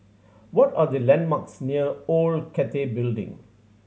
what are the landmarks near Old Cathay Building